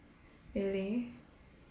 really